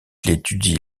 étudie